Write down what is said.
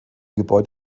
gebäude